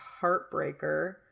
heartbreaker